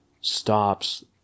stops